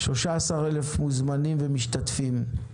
13,000 משתתפים ומוזמנים.